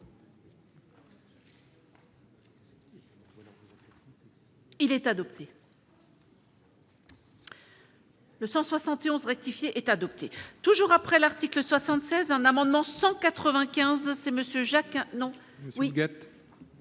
Il est adopté. Le 171 rectifié est adopté, toujours après l'article 76 ans, amendement 195 c'est Monsieur Jacques non mais